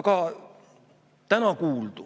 Aga täna kuuldu